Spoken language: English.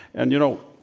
and, you know,